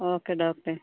okay ഡോക്ടറെ